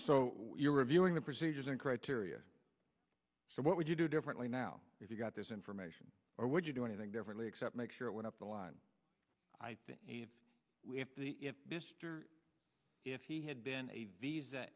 we're reviewing the procedures and criteria so what would you do differently now if you got this information or would you do anything differently except make sure it went up the line i think we have the mister if he had been a visa